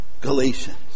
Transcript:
Galatians